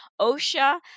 OSHA